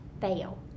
fail